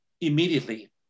immediately